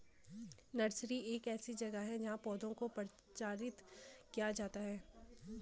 nursery एक ऐसी जगह है जहां पौधों को प्रचारित किया जाता है